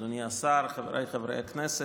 אדוני השר, חבריי חברי הכנסת,